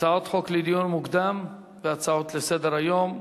הצעות חוק לדיון מוקדם והצעות לסדר-היום.